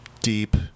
deep